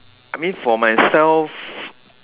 I mean for myself